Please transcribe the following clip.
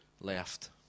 left